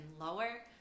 lower